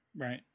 right